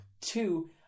Two